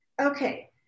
Okay